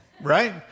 right